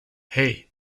hey